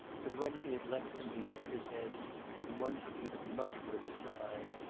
but when he had left them, he shook his head and once even muttered with a sigh,